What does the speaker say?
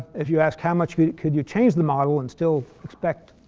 if you ask how much could you change the model and still expect